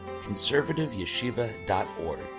conservativeyeshiva.org